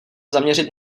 zaměřit